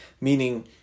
Meaning